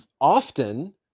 often